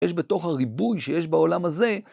יש בתוך הריבוי שיש בעולם הזה.